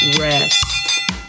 rest